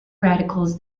radicals